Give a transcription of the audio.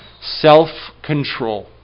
self-control